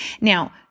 Now